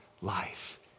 life